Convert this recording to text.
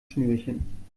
schnürchen